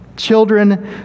children